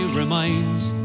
reminds